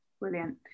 Brilliant